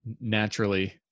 naturally